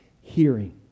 hearing